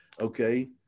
okay